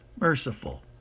merciful